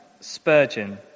Spurgeon